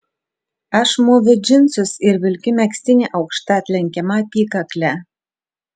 aš mūviu džinsus ir vilkiu megztinį aukšta atlenkiama apykakle